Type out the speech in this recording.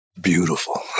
beautiful